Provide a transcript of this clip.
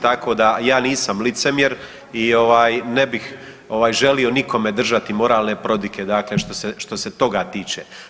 Tako da ja nisam licemjer i ne bih želio nikome držati moralne prodike, dakle što se toga tiče.